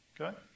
Okay